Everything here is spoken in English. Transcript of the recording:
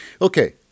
Okay